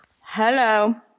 Hello